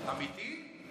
אמיתי?